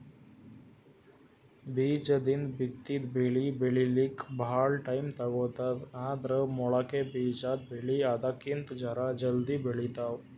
ಬೀಜದಿಂದ್ ಬಿತ್ತಿದ್ ಬೆಳಿ ಬೆಳಿಲಿಕ್ಕ್ ಭಾಳ್ ಟೈಮ್ ತಗೋತದ್ ಆದ್ರ್ ಮೊಳಕೆ ಬಿಜಾದ್ ಬೆಳಿ ಅದಕ್ಕಿಂತ್ ಜರ ಜಲ್ದಿ ಬೆಳಿತಾವ್